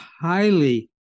highly